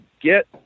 get